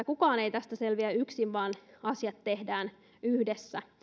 kukaan ei tästä selviä yksin vaan asiat tehdään yhdessä